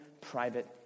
private